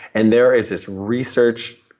and there is this research.